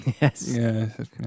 yes